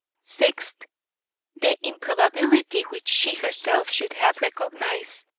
sixth the improbability, which she herself should have recognised,